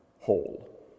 whole